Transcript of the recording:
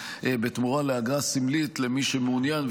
בתמורה לאגרה סמלית למי שמעוניין,